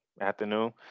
afternoon